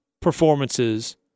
performances